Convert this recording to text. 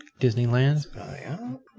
Disneyland